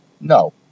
No